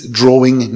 drawing